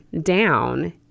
down